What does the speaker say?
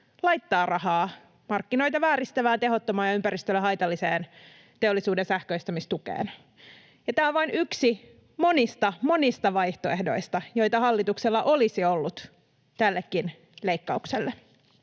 laittaa rahaa markkinoita vääristävään, tehottomaan ja ympäristölle haitalliseen teollisuuden sähköistämistukeen. Ja tämä on vain yksi monista vaihtoehdoista, joita hallituksella olisi ollut tällekin leikkaukselle.